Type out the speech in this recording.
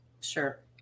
Sure